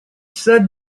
said